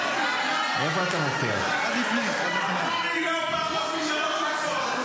--- קדימה, שלוש דקות לרשותך.